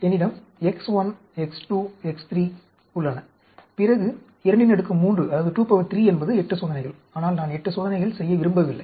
என்னிடம் X1 X2 X3 உள்ளன பிறகு 23என்பது 8 சோதனைகள் ஆனால் நான் 8 சோதனைகள் செய்ய விரும்பவில்லை